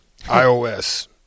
iOS